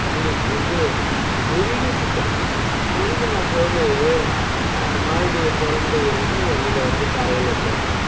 தண்ணிப் புகுந்து முழுகிப்புட்டேன் முழுகினப்போது மறுபடி புரண்டு கிரண்டு வெளியில் வந்து கரையில் சேர்ந்தேன்